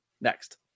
next